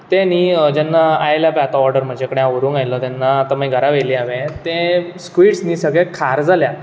तेनी जेन्ना आयले पय आता ओर्डर म्हजे कडेन हांव व्हरुंक आयल्लो तेन्ना आता ते घरां व्हेले आता हांवेन तें स्क्विड्स न्ही सगळें खार जाल्यात